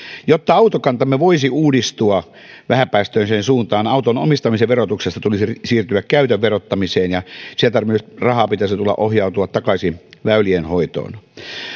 jotta autokantamme voisi uudistua vähäpäästöiseen suuntaan auton omistamisen verottamisesta tulisi siirtyä käytön verottamiseen ja sieltä myös rahaa pitäisi ohjautua takaisin väylien hoitoon